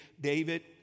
David